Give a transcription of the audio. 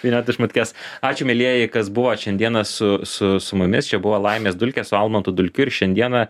vynioti šmutkes ačiū mielieji kas buvo šiandieną su su su mumis čia buvo laimės dulkės su almantu dulkiu ir šiandieną